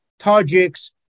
Tajiks